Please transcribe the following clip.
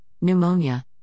pneumonia